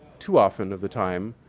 too often of the time,